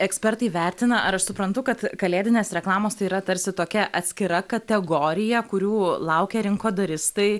ekspertai vertina ar aš suprantu kad kalėdinės reklamos tai yra tarsi tokia atskira kategorija kurių laukia rinkodaristai